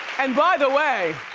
and by the way,